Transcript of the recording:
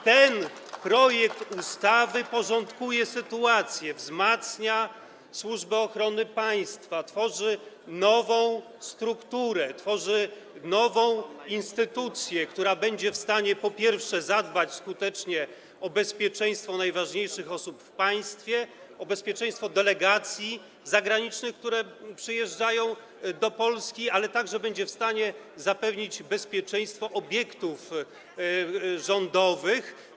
Ten projekt ustawy porządkuje sytuację, wzmacnia Służbę Ochrony Państwa, tworzy nową strukturę, tworzy nową instytucję, która będzie w stanie, po pierwsze, skutecznie zadbać o bezpieczeństwo najważniejszych osób w państwie, o bezpieczeństwo delegacji zagranicznych, które przyjeżdżają do Polski, będzie także w stanie zapewnić bezpieczeństwo obiektów rządowych.